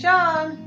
John